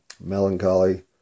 Melancholy